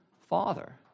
Father